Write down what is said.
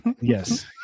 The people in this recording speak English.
Yes